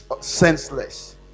senseless